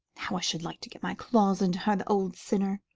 how i should like to get my claws into her, the old sinner!